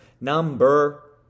Number